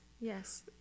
Yes